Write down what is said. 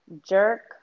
jerk